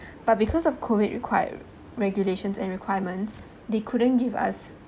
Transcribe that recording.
but because of COVID require~ regulations and requirements they couldn't give us